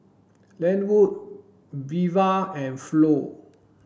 Lenwood Veva and Flo